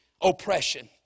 oppression